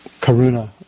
karuna